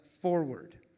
forward